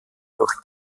durch